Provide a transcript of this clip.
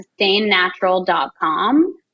sustainnatural.com